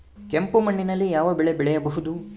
ಕೆಂಪು ಮಣ್ಣಿನಲ್ಲಿ ಯಾವ ಬೆಳೆ ಬೆಳೆಯಬಹುದು?